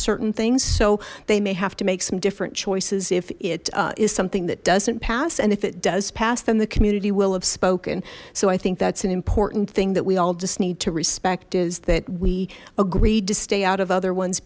certain things so they may have to make some different choices if it is something that doesn't pass and if it does pass then the community will have spoken so i think that's an important thing that we all just need to respect is that we agreed to stay out of other ones